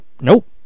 nope